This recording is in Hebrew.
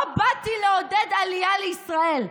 לא באתי לעודד עלייה לישראל,